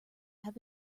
have